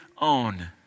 own